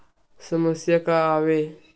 समस्या का आवे?